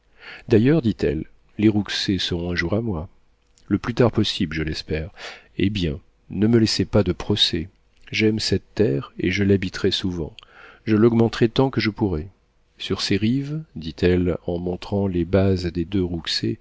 d'ailleurs dit-elle les rouxey seront un jour à moi le plus tard possible je l'espère eh bien ne me laissez pas de procès j'aime cette terre et je l'habiterai souvent je l'augmenterai tant que je pourrai sur ces rives dit-elle en montrant les bases des deux